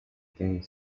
game